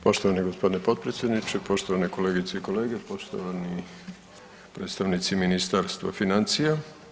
Poštovani g. potpredsjedniče, poštovane kolegice i kolege, poštovani predstavnici Ministarstva financija.